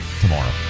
tomorrow